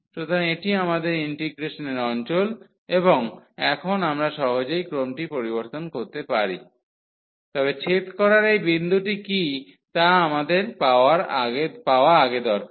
সুতরাং এটি আমাদের ইন্টিগ্রেশনের অঞ্চল এবং এখন আমরা সহজেই ক্রমটি পরিবর্তন করতে পারি তবে ছেদ করার এই বিন্দুটি কী তা আমাদের পাওয়া আগে দরকার